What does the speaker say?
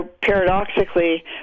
paradoxically